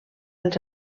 els